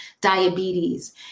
diabetes